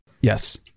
Yes